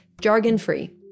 jargon-free